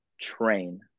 train